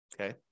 Okay